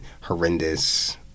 Horrendous